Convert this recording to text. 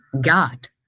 God